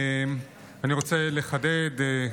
אני רוצה לחדד,